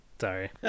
Sorry